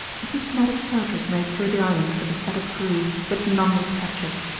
a systematic search was made through the island for the scattered crew, but none was captured.